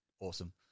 awesome